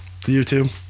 YouTube